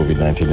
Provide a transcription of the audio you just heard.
COVID-19